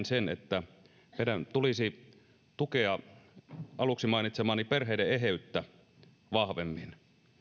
sen että meidän tulisi tukea aluksi mainitsemaani perheiden eheyttä vahvemmin